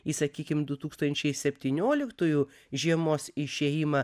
į sakykim du tūkstančiai septynioliktųjų žiemos išėjimą